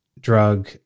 drug